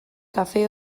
kafe